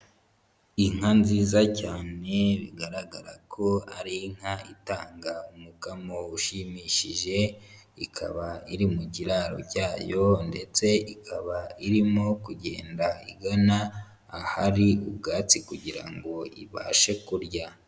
Inka nziza cyane bigaragarako ari inka itanga umukamo ushimishije ikaba iri mu kiraro cyayo, ndetse ikaba irimo kugenda igana ahari ubwatsi kugira ngo ibashe kurya.